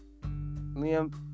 Liam